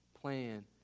plan